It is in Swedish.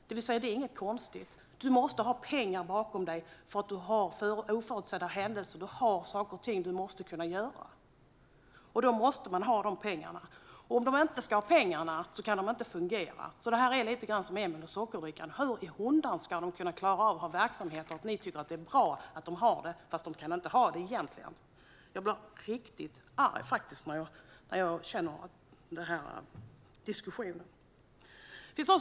Det är inte konstigt att man måste ha pengar bakom sig för oförutsedda händelser och för att saker och ting måste kunna göras. Om man inte har de pengarna kan verksamheten inte fungera. Det här är lite som med Emil och sockerdrickan: Hur i hundan ska de klara av att driva verksamheter som ni tycker är bra, men som ni egentligen inte tycker är bra? Jag blir riktigt arg över den här diskussionen.